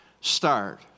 start